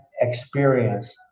experience